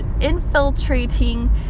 infiltrating